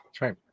right